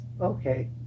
Okay